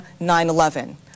9-11